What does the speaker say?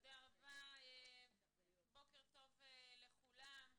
בוקר טוב לכולם.